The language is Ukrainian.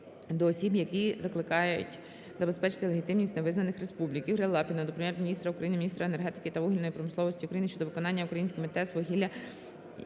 до осіб, які закликають забезпечити легітимність невизнаних республік. Ігоря Лапіна до Прем'єр-міністра України, міністра енергетики та вугільної промисловості України щодо використання українськими ТЕС вугілля,